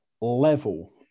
level